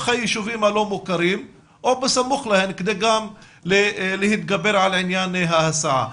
היישובים הלא מוכרים או בסמוך להם כדי גם להתגבר על עניין ההסעה.